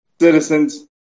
citizens